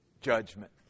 judgment